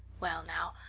well now,